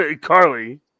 Carly